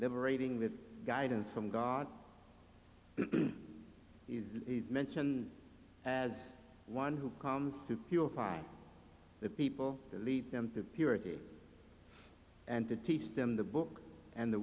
liberating with guidance from god is mentioned as one who comes to purify the people to lead them to purity and to teach them the book and the